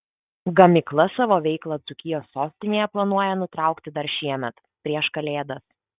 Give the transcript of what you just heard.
gamykla savo veiklą dzūkijos sostinėje planuoja nutraukti dar šiemet prieš kalėdas